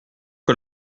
que